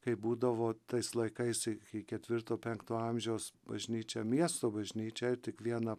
kaip būdavo tais laikais iki ketvirto penkto amžiaus bažnyčia miesto bažnyčia ir tik viena